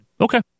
Okay